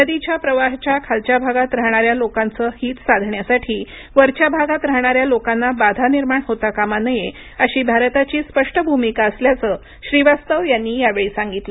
नदीच्या प्रवाहाच्या खालच्या भागात राहणाऱ्या लोकांचं हित साधण्यासाठी वरच्या भागात राहणाऱ्या लोकांना बाधा निर्माण होता कामा नये अशी भारताची स्पष्ट भूमिका असल्याचं श्रीवास्तव यांनी यावेळी सांगितलं